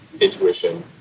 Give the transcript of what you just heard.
intuition